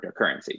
cryptocurrency